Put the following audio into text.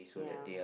yeah